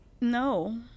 No